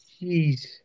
Jeez